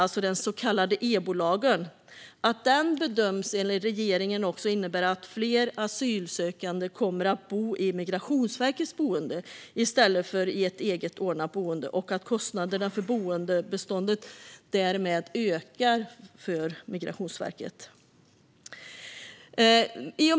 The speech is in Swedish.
Regeringen bedömer att det kommer att innebära att fler asylsökande kommer att bo i Migrationsverkets boenden i stället för i ett eget ordnat boende och att kostnaderna för boendebeståndet därmed ökar för Migrationsverket.